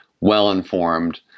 well-informed